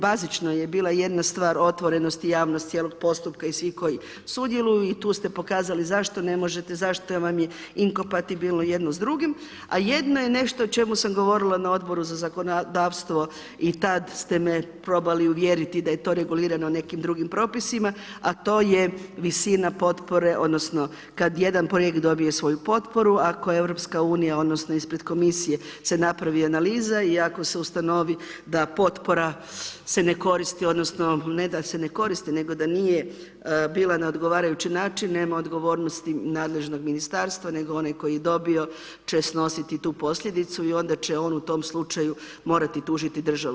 Bazično je bila jedna stvar otvorenosti, javnost cijelog postupka i svi koji sudjeluju i tu ste pokazali zašto ne možete, zašto vam je inkompatibilno jedno s drugim, a jedno je nešto o čemu sam govorila na Odboru za zakonodavstvo i tad ste me probali uvjeriti da je to regulirano nekim drugim propisima, a to je visina potpore, odnosno kad jedan projekt dobije svoju potporu ako EU, odnosno ispred komisije se napravi analiza i ako se ustanovi da potpora se ne koristi, odnosno ne da se ne koristi, nego da nije bila na odgovarajući način, nema odgovornosti nadležnog ministarstva, nego onaj koji je dobio će snositi tu posljedicu i onda će on u tom slučaju morati tužiti državu.